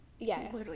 Yes